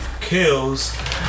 kills